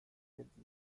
perdita